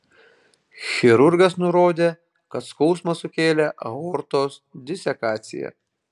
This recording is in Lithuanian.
chirurgas nurodė kad skausmą sukėlė aortos disekacija